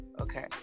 Okay